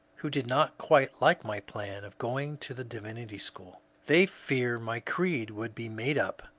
who did not quite like my plan of going to the divinity school. they fear my creed will be made up.